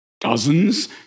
dozens